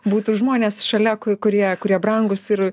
būtų žmonės šalia kurie kurie brangūs ir